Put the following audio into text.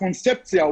הקונספציה,